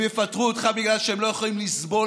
הם יפטרו אותך בגלל שהם לא יכולים לסבול